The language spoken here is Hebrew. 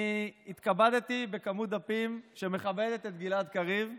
התכבדתי בכמות דפים שמכבדת את גלעד קריב המלומד.